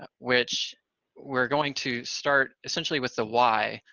which we're going to start essentially with the why,